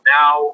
now